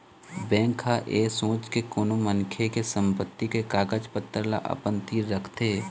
bank ह ऐ सोच के कोनो मनखे के संपत्ति के कागज पतर ल अपन तीर रखथे